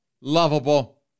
lovable